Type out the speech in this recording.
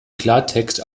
klartext